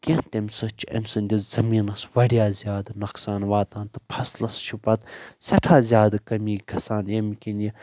کیٚنہہ تمہِ سۭتۍ چھُ أمۍ سٕندِس زٔمیٖنس وارِیاہ زیادٕ نۄقصان واتان تہٕ فصلس چھُ پتہٕ سٮ۪ٹھاہ زیادٕ کٔمی گَژھان ییٚمہِ کِنۍ یہِ